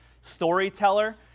storyteller